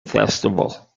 festival